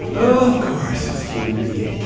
of course. it's a human being.